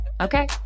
okay